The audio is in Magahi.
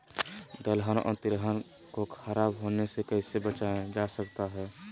दलहन और तिलहन को खराब होने से कैसे बचाया जा सकता है?